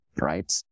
right